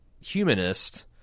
humanist